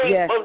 Yes